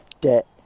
debt